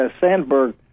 Sandberg